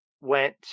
went